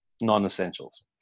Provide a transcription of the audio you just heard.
non-essentials